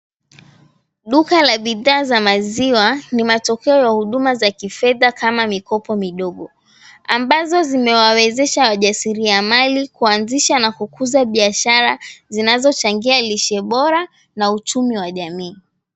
Duka la bidhaa za maziwa ni matokeo ya huduma za kifedha kama mikopo midogo, ambazo zimewawezesha wajasirimali kuanzisha na kukuza biashara zinazochangia lishe bora na uchumi wa jamii.